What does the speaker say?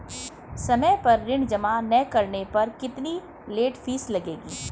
समय पर ऋण जमा न करने पर कितनी लेट फीस लगेगी?